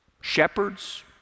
shepherds